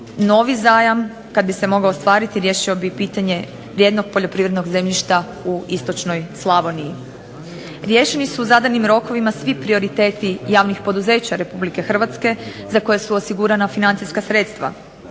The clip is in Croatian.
Novi zajam kad bi se mogao ostvariti riješio bi pitanje vrijednog poljoprivrednog zemljišta u istočnoj Slavoniji. Riješeni su u zadanim rokovima svi prioriteti javnih poduzeća Republike Hrvatske za koje su osigurana financijska sredstva.